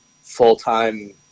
full-time